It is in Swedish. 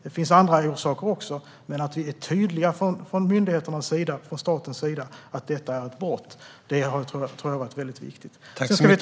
Det finns andra orsaker också. Men att vi från statens och myndigheternas sida är tydliga med att detta är ett brott har nog varit väldigt viktigt.